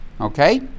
Okay